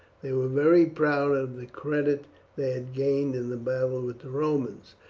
they were very proud of the credit they had gained in the battle with the romans,